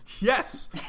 Yes